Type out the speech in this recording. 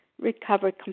recovered